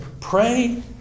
pray